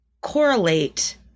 correlate